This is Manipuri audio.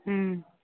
ꯎꯝ